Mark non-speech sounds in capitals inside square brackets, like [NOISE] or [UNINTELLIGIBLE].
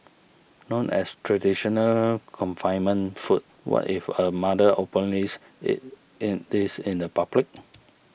known as traditional confinement food what if a mother [UNINTELLIGIBLE] eats in this in the public